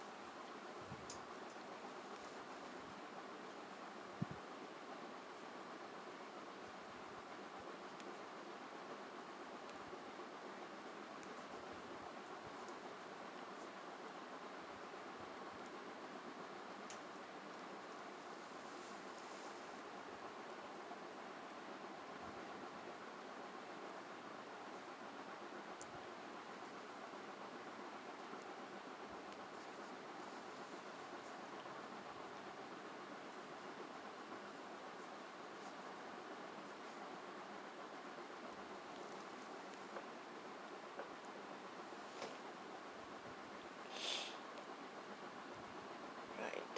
right